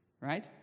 Right